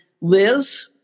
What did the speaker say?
Liz